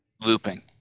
looping